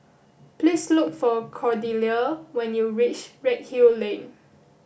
please look for Cordelia when you reach Redhill Lane